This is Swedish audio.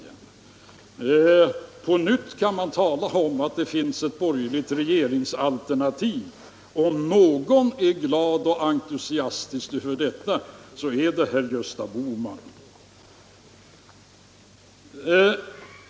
På nytt kan man tala om att det finns ett borgerligt regeringsalternativ, och om någon är glad och entusiastisk över detta är det herr Gösta Bohman själv.